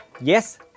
Yes